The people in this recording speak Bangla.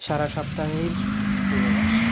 সারা সপ্তাহের পূর্বাভাস